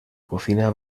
cocina